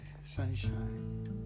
sunshine